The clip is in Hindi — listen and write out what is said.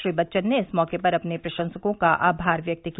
श्री बच्चन ने इस मौके पर अपने प्रशंसकों का आभार व्यक्त किया